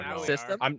system